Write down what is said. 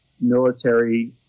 military